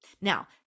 Now